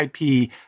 IP